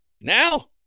Now